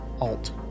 Alt